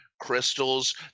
crystals